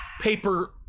paper